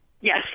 Yes